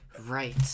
right